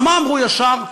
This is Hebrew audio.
הרי מה אמרו ישר?